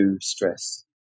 stress